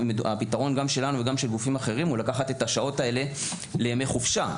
גם שלנו וגם של גופים אחרים הוא לקחת את השעות האלה לימי חופשה,